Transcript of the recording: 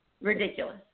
ridiculous